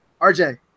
RJ